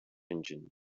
engine